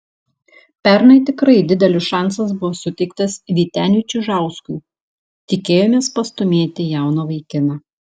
pernai tikrai didelis šansas buvo suteiktas vyteniui čižauskui tikėjomės pastūmėti jauną vaikiną